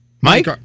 Mike